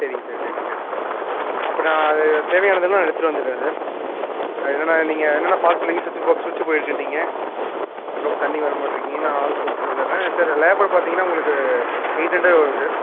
சரிங்க சார் சரிங்க சார் அப்புறம் நான் அது தேவையானதெல்லாம் எடுத்துகிட்டு வந்துடுறேன் சார் அது என்னென்னா அது நீங்கள் என்னென்னா பார்த்து சொல்லுங்கள் ஸ்விட்ச்சு பாக்ஸ் ஸ்விட்ச்சு போயிருக்குன்னீங்க அதற்கப்பறம் தண்ணி வரமாட்டுருக்கீங்க நான் ஆள் கூப்பிட்டுட்டு வந்துடுறேன் சார் லேபர் பார்த்தீங்கன்னா உங்களுக்கு எயிட் ஹண்ட்ரட் வருங்க சார்